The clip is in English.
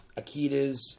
Akitas